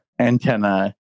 Antenna